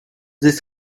this